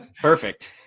Perfect